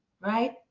Right